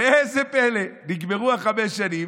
ראה זה פלא, נגמרו חמש השנים,